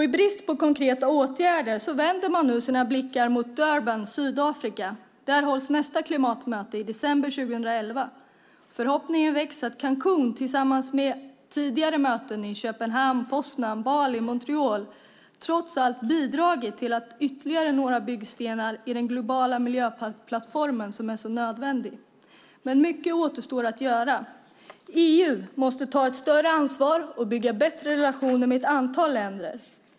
I brist på konkreta åtgärder vänder man nu sina blickar mot Durban i Sydafrika. Där hålls nästa klimatmöte i december 2011. Förhoppningen växer att mötet i Cancún, tillsammans med tidigare möten i Köpenhamn, Poznan, Bali och Montreal, trots allt bidragit till ytterligare några byggstenar i den globala miljöplattformen som är så nödvändig. Men mycket återstår att göra. EU måste ta ett större ansvar och bygga bättre relationer med ett antal länder.